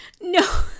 No